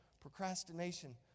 procrastination